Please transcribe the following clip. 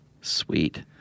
Sweet